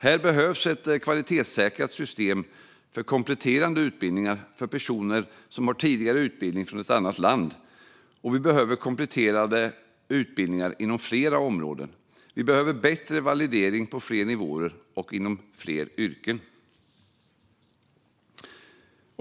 Här behövs ett kvalitetssäkrat system för kompletterande utbildningar för personer som har en tidigare utbildning från ett annat land. Vi behöver kompletterande utbildningar inom fler områden. Vi behöver bättre validering på fler nivåer och inom fler yrken.